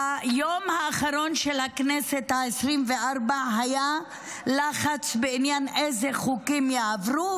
ביום האחרון של הכנסת ה-24 היה לחץ בעניין אילו חוקים יעברו,